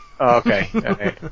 Okay